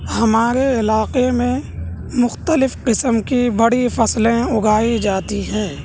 ہمارے علاقے میں مخلتف قسم کی بڑی فصلیں اگائی جاتی ہیں